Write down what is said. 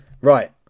right